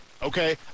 Okay